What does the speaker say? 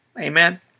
Amen